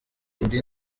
indi